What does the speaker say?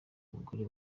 mugore